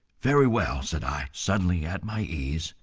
very well, said i, suddenly at my ease,